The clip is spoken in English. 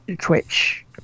Twitch